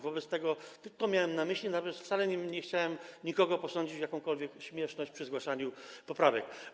Wobec tego to miałem na myśli, wcale nie chciałem nikogo posądzić o jakąkolwiek śmieszność przy zgłaszaniu poprawek.